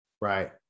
Right